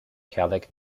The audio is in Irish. ceallaigh